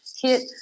hit